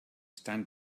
stand